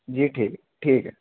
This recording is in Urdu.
جی ٹھیک ٹھیک ہے